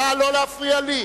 נא לא להפריע לי.